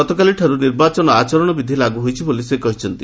ଗତକାଲିଠାରୁ ନିର୍ବାଚନ ଆଚରଣ ବିଧି ଲାଗୁ ହୋଇଛି ବୋଲି ସେ କହିଛନ୍ତି